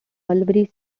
mulberry